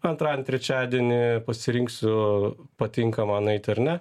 antradienį trečiadienį pasirinksiu patinka man eiti ar ne